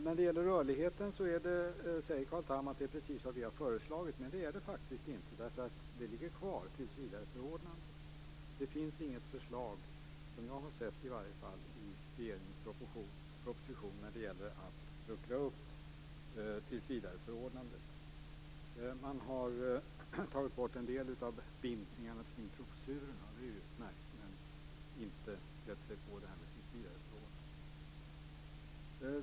När det gäller rörligheten säger Carl Tham att det är precis vad han har föreslagit, men det är det faktiskt inte. Tillsvidareförordnandena ligger kvar. Det finns inget förslag, i varje fall inte vad jag har sett, i regeringens proposition när det gäller att luckra upp tillsvidareförordnandet. Man har tagit bort en del av bindningarna kring professurerna, och det är utmärkt, men inte gett sig på frågan om tillsvidareförordnandena.